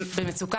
במצוקה,